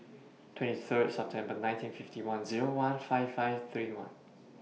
two three Sep one nine five nine one fifty five thirty one